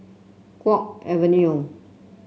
Guok Avenue